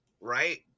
right